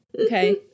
Okay